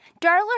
Darla